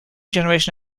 generation